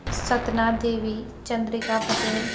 Satna Devi Chandrika Patel